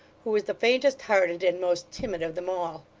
who was the faintest-hearted and most timid of them all.